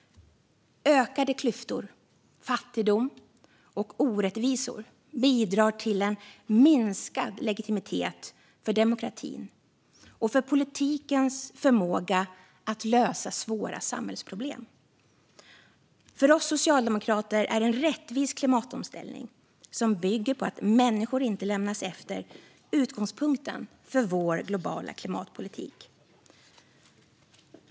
Ökade klyftor, fattigdom och orättvisor bidrar till en minskad legitimitet för demokratin och för politikens förmåga att lösa svåra samhällsproblem. För oss socialdemokrater är en rättvis klimatomställning som bygger på att människor inte lämnas efter utgångspunkten för vår globala klimatpolitik.